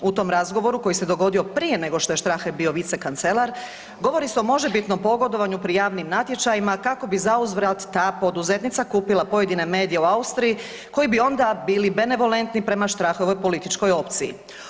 U tom razgovoru koji se dogodio prije nego što je Strache bio vicekancelar, govori se o možebitnom pogodovanju pri javnim natječajima, kako bi zauzvrat ta poduzetnica kupila pojedine medije u Austriji koji bi onda bili benevolentni prema Stracheovoj političkoj opciji.